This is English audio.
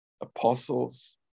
apostles